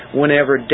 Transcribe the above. whenever